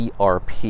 erp